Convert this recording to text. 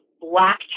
black